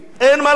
אין מה לעשות.